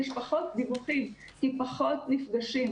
יש פחות דיווחים כי פחות נפגשים,